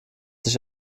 sich